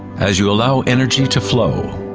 as you allow energy to flow.